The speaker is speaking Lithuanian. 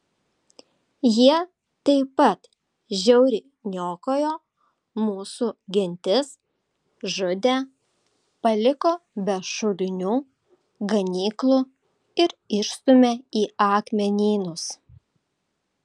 jie taip pat žiauriai niokojo mūsų gentis žudė paliko be šulinių ganyklų ir išstūmė į akmenynus